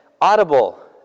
Audible